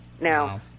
Now